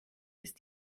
ist